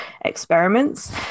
experiments